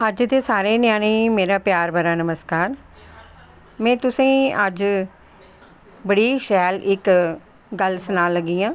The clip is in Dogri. अज दे ञ्यानें गी मेरे प्यार भरा नमस्कार में तुसेंग गी इक बड़ी शैल गल्ल सनान लगी आं